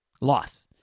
Loss